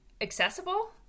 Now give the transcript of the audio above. accessible